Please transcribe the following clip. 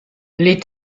les